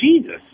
Jesus